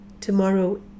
tomorrow